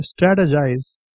strategize